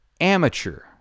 amateur